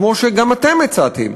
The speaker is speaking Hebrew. כמו שגם אתם הצעתם,